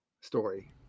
story